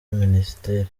minisiteri